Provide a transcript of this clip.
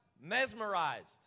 mesmerized